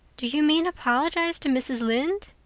do you mean apologize to mrs. lynde?